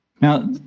Now